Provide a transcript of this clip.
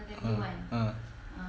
ah ah